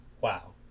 Wow